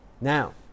Now